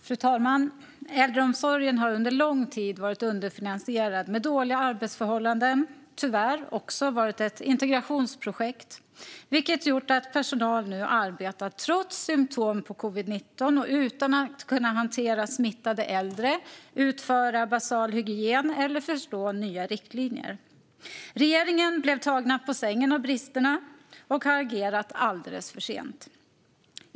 Fru talman! Äldreomsorgen har under lång tid varit underfinansierad, och personalen har haft dåliga arbetsförhållanden. Den har tyvärr också varit ett integrationsprojekt. Det har gjort att personal har arbetat trots symtom på covid-19 och utan att kunna hantera smittade äldre, utföra basal hygien eller förstå nya riktlinjer. Regeringen blev tagen på sängen av bristerna och har agerat alldeles för sent.